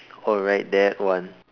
oh right that one